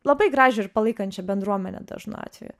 labai gražią ir palaikančią bendruomenę dažnu atveju